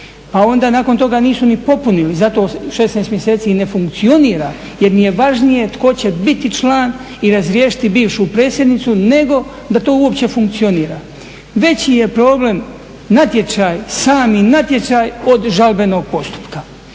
pa onda nakon toga nisu ni popunili. Zato 16 mjeseci ne funkcionira, jer im je važnije tko će biti član i razriješiti bivšu predsjednicu nego da to uopće funkcionira. Veći je problem natječaj, sami natječaj od žalbenog postupka.